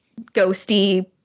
ghosty